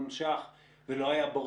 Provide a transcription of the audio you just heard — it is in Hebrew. הוא לא מגייס תרומות,